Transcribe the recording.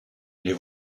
les